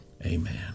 Amen